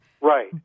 Right